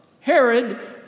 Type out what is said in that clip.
Herod